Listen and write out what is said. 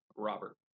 Robert